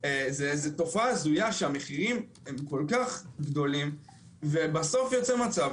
זו תופעה הזויה שהמחירים הם כל כך גדולים ובסוף יוצא מצב